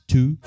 Two